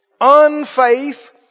unfaith